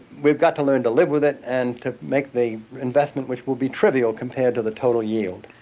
we've got to learn to live with it and to make the investment which will be trivial compared to the total yield.